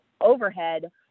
overhead